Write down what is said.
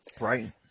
Right